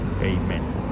amen